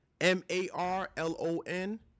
M-A-R-L-O-N